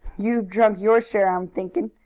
you've drunk your share, i'm thinking,